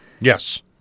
yes